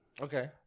Okay